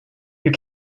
you